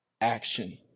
action